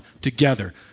together